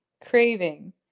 Craving